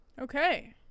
Okay